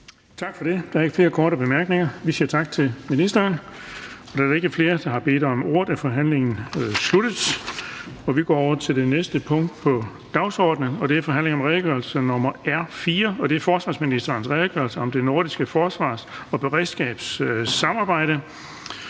Tak for det. Der er ikke flere korte bemærkninger. Vi siger tak til ministeren. Da der ikke er flere, der har bedt om ordet, er forhandlingen sluttet. --- Det næste punkt på dagsordenen er: 11) Forhandling om redegørelse nr. R 4: Forsvarsministerens redegørelse om det nordiske forsvars- og beredskabssamarbejde.